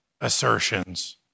assertions